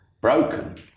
broken